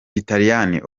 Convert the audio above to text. gitaliyani